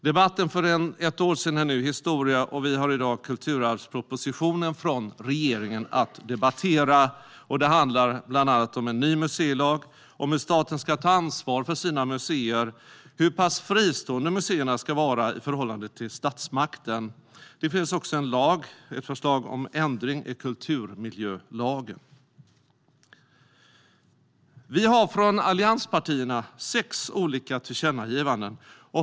Debatten för ett år sedan är nu historia, och vi har i dag kulturarvspropositionen från regeringen att debattera. Det handlar bland annat om en ny museilag, hur staten ska ta ansvar för sina museer och hur pass fristående museerna ska vara i förhållande till statsmakten. Det finns också ett lagförslag om ändring i kulturmiljölagen. Vi har sex olika tillkännagivanden från allianspartierna.